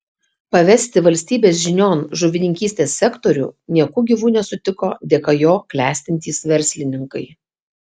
pavesti valstybės žinion žuvininkystės sektorių nieku gyvu nesutiko dėka jo klestintys verslininkai